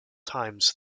times